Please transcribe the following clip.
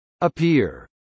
Appear